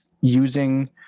using